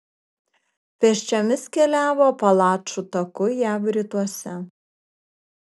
pėsčiomis keliavo apalačų taku jav rytuose